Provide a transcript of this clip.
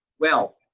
well,